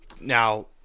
Now